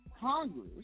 Congress